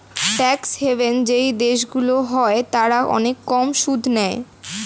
tax haven যেই দেশগুলো হয় তারা অনেক কম সুদ নেয়